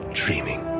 dreaming